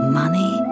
money